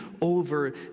over